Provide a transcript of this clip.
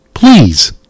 Please